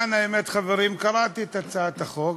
רבותי, סגרתי את רשימת הדוברים.